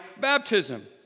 Baptism